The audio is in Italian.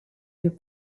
più